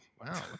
wow